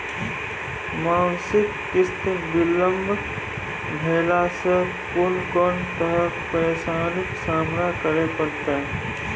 मासिक किस्त बिलम्ब भेलासॅ कून कून तरहक परेशानीक सामना करे परतै?